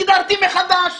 הגדרתי מחדש.